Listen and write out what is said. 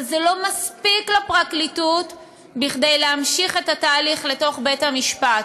אבל זה לא מספיק לפרקליטות כדי להמשיך את התהליך בבית-משפט.